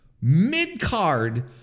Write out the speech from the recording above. mid-card